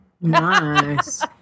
Nice